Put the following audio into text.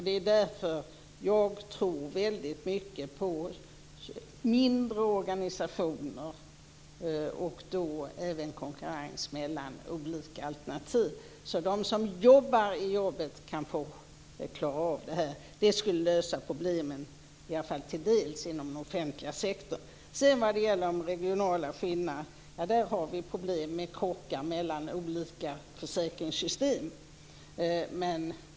Det är därför jag tror väldigt mycket på mindre organisationer och konkurrens mellan olika alternativ, så att de som jobbar kan få klara av frågorna. Det skulle lösa problemen, i alla fall till dels, inom den offentliga sektorn. Vad det gäller regionala skillnader kan jag säga att vi har problem med krockar mellan olika försäkringssystem.